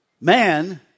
man